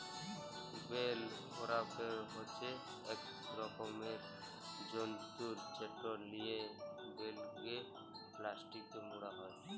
bell wrapper হছে ইক রকমের যল্তর যেট লিয়ে বেলকে পেলাস্টিকে মুড়া হ্যয়